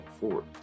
forward